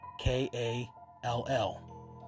KALL